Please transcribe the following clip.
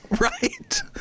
right